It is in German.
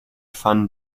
van